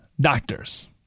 doctors